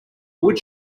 wood